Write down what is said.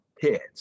kids